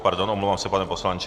Pardon, omlouvám se, pane poslanče.